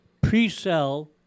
pre-sell